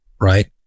right